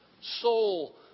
soul